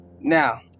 Now